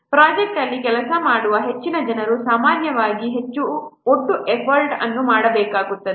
project ಅಲ್ಲಿ ಕೆಲಸ ಮಾಡುವ ಹೆಚ್ಚಿನ ಜನರು ಸಾಮಾನ್ಯವಾಗಿ ಹೆಚ್ಚು ಒಟ್ಟು ಎಫರ್ಟ್ ಅನ್ನು ಮಾಡಬೇಕಾಗುತ್ತದೆ